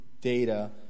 data